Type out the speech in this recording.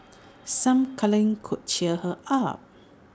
some cuddling could cheer her up